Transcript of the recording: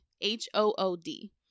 h-o-o-d